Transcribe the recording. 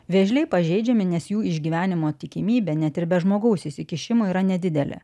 vėžliai pažeidžiami nes jų išgyvenimo tikimybė net ir be žmogaus įsikišimo yra nedidelė